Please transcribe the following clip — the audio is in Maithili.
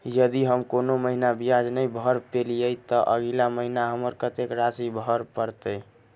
यदि हम कोनो महीना ब्याज नहि भर पेलीअइ, तऽ अगिला महीना हमरा कत्तेक राशि भर पड़तय?